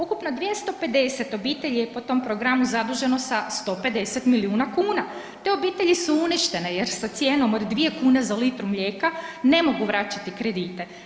Ukupno 250 obitelji je po tom programu zaduženo sa 150 milijuna kuna, te obitelji su uništene jer sa cijenom od 2 kune za litru mlijeka ne mogu vraćati kredite.